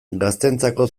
gazteentzako